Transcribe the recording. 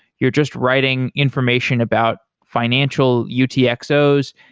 you're just writing information about financial utxo's.